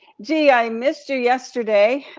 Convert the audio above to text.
gee i missed you yesterday,